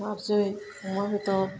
अमा बेदर